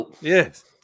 yes